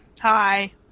Hi